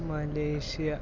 Malaysia